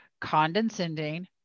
condescending